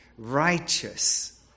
Righteous